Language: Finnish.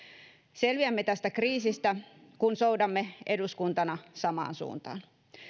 selviämme tästä kriisistä kun soudamme eduskuntana samaan suuntaan